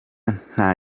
nta